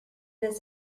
this